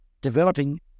developing